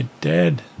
dead